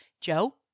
Joe